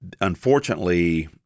unfortunately